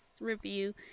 review